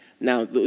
Now